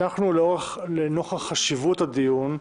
לנוכח חשיבות הדיון,